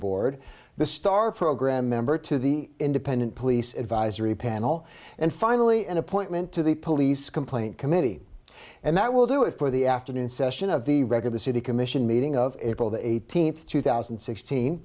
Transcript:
board the star program member to the independent police advisory panel and finally an appointment to the police complaint committee and that will do it for the afternoon session of the regular city commission meeting of april the eighteenth two thousand